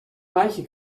reiche